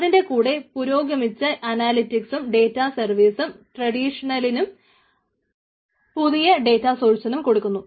അതിൻറെ കൂടെ പുരോഗമിച്ച അനാലിറ്റിക്സും ഡേറ്റ സർവീസും ട്രഡീഷണലിനും പുതിയ ഡേറ്റസോഴ്സിനും കൊടുക്കുന്നു